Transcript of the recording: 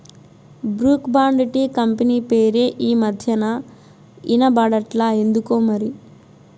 Brooke Bond tea company పేరే ఈ మధ్యనా ఇన బడట్లా ఎందుకోమరి